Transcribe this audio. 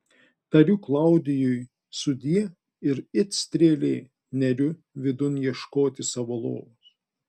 tariu klaudijui sudie ir it strėlė neriu vidun ieškoti savo lovos